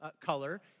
color